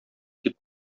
дип